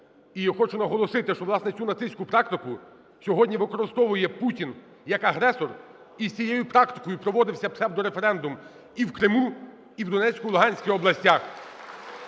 І хочу наголосити, що, власне, цю нацистську практику сьогодні використовує Путін як агресор, із цією практикою проводився псевдореферендум і в Криму, і в Донецькій, Луганській областях.